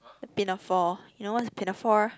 pinafore you know what's pinafore